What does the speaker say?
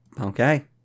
Okay